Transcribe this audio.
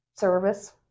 service